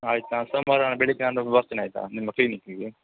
ಆಯ್ತು ನಾಡ್ದು ಸೋಮವಾರ ಬೆಳಗ್ಗೆ ನಾನು ಬರ್ತೀನಿ ಆಯಿತಾ ನಿಮ್ಮ ಕ್ಲಿನಿಕ್ಕಿಗೆ